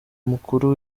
mukuru